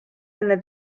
enne